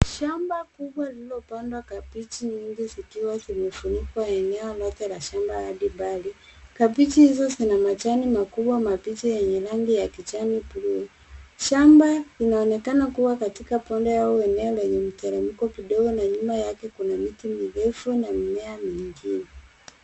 Shamba kubwa lilopandwa kabichi nyingi zikiwa zimefunika eneo lote la shamba hadi mbali. Kabichi hizo zina majani makubwa mabichi enye rangi ya kijani buluu. Shamba linaonekana kuwa katika pone eneo lenye mteremko kidogo na nyuma yake kuna miti mirefu na mimea mengine.